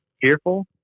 fearful